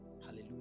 Hallelujah